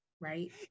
right